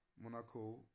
Monaco